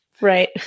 Right